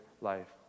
life